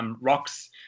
rocks